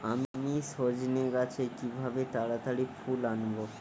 আমি সজনে গাছে কিভাবে তাড়াতাড়ি ফুল আনব?